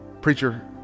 preacher